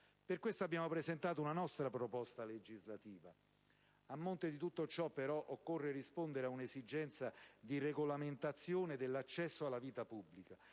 Per questo abbiamo presentato una nostra proposta legislativa. A monte di tutto ciò, però, occorre rispondere a un'esigenza di regolamentazione dell'accesso alla vita pubblica: